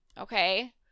Okay